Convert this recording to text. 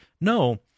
No